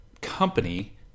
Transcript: company